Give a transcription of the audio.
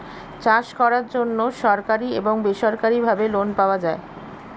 চাষ করার জন্য সরকারি এবং বেসরকারিভাবে লোন পাওয়া যায়